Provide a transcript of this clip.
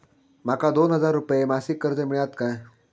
माका दोन हजार रुपये मासिक कर्ज मिळात काय?